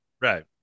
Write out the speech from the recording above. Right